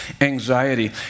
anxiety